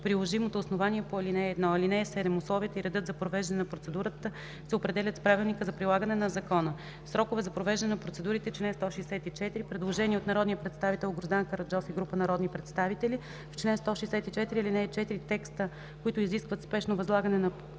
приложимото основание по ал. 1. (7) Условията и редът за провеждане на процедурата се определят с правилника за прилагане на закона.” Член 164 – „Срокове за провеждане на процедурите”. Предложение от народния представител Гроздан Караджов и група народни представители: „В чл. 164, ал. 4 текстът „които изискват спешно възлагане на поръчка”